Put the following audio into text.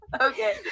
Okay